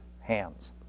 hands